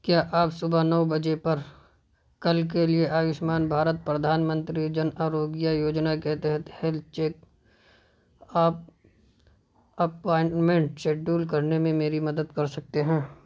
کیا آپ صبح نو بجے پر کل کے لیے آیوشمان بھارت پردھان منتری جن آروگیہ یوجنا کے تحت health check up appointment schedule کرنے میں میری مدد کر سکتے ہیں